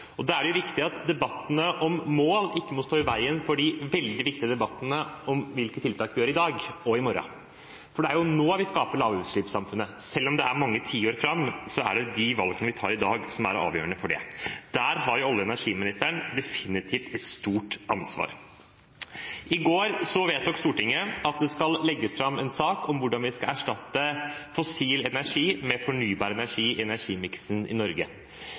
Da er det viktig at debattene om mål ikke står i veien for de veldig viktige debattene om hvilke tiltak vi gjør i dag og i morgen. For det er nå vi skaper lavutslippssamfunnet. Selv om det er mange tiår fram, er det de valgene vi tar i dag, som er avgjørende for det. Der har olje- og energiministeren definitivt et stort ansvar. I går vedtok Stortinget at det skal legges fram en sak om hvordan vi skal erstatte fossil energi med fornybar energi, energimiksen i Norge.